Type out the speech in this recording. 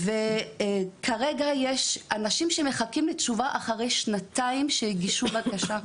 וכרגע יש אנשים שמחכים לתשובה אחרי שנתיים שהגישו בקשה,